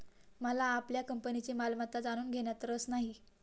मला आपल्या कंपनीची मालमत्ता जाणून घेण्यात रस नाही